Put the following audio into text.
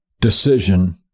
decision –